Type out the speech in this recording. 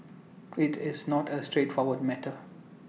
IT is not A straightforward matter